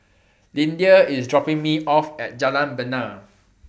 Lyndia IS dropping Me off At Jalan Bena